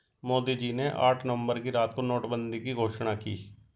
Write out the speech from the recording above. मोदी जी ने आठ नवंबर की रात को नोटबंदी की घोषणा की